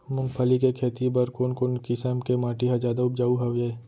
मूंगफली के खेती बर कोन कोन किसम के माटी ह जादा उपजाऊ हवये?